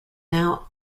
now